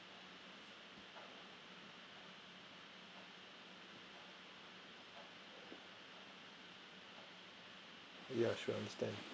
yeah sure understand